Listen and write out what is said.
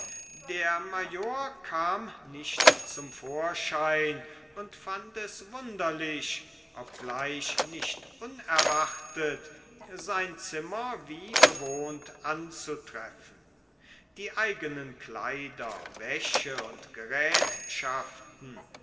der major kam nicht zum vorschein und fand es wunderlich obgleich nicht unerwartet sein zimmer wie bewohnt anzutreffen die eignen kleider wäsche und gerätschaften